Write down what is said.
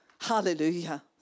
Hallelujah